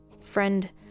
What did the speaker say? Friend